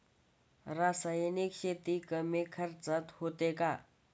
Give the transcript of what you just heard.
रासायनिक शेती कमी खर्चात होते का?